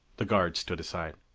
the guard stood aside.